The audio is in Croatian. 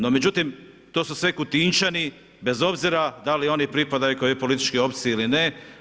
No međutim, to su sve Kutinčani bez obzira da li oni pripadaju kojoj političkoj opciji ili ne.